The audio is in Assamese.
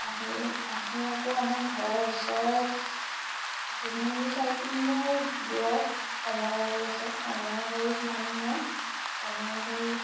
আহি আহি আকৌ আমাৰ ঘৰৰ ওচৰে তিনি চাৰি কিলোমিটাৰ দূৰত কমলাবাৰী আছে কমলাবাৰীত সোমালোগে কমলাবাৰীত